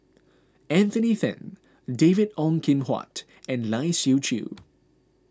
Anthony then David Ong Kim Huat and Lai Siu Chiu